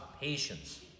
patience